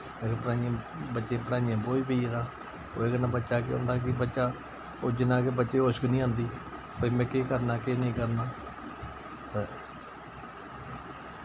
पैह्ले पढ़ाइयें बच्चें पढ़ाइयें दा बोज पेई गेदा उ'दे कन्नै बच्चा केह् होंदा कि बच्चा उज्जना केह् बच्चे होश गै निं औंदी भाई मैं केह् करना केह् नेईं करना तै